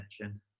mention